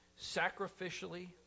sacrificially